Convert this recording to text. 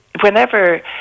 whenever